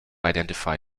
identify